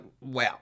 wow